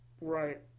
Right